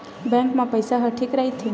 Bank मा पईसा ह ठीक राइथे?